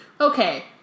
okay